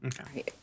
Okay